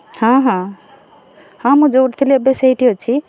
ହଁ ହଁ ହଁ ମୁଁ ଯେଉଁଠି ଥିଲି ଏବେ ସେଇଠି ଅଛି